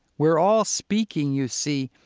we're all speaking, you see,